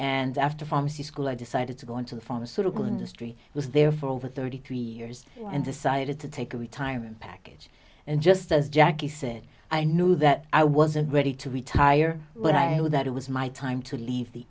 and after pharmacy school i decided to go into the pharmaceutical industry was there for over thirty three years and decided to take a retirement package and just as jackie said i knew that i wasn't ready to retire when i heard that it was my time to leave the